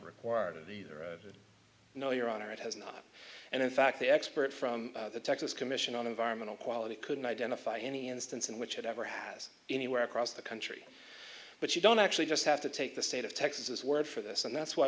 required of the no your honor it has not and in fact the expert from the texas commission on environmental quality couldn't identify any instance in which it ever has anywhere across the country but you don't actually just have to take the state of texas word for this and that's why